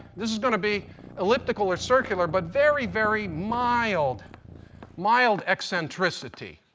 this is going to be elliptical or circular, but very, very mild mild eccentricity.